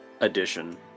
edition